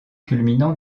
culminant